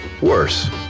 Worse